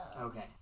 Okay